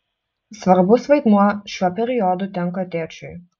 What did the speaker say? svarbus vaidmuo šiuo periodu tenka tėčiui